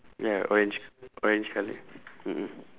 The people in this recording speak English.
ya orange orange colour mmhmm